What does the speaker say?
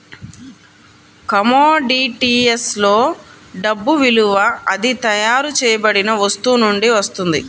commodities లో డబ్బు విలువ అది తయారు చేయబడిన వస్తువు నుండి వస్తుంది